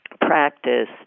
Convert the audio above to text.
practice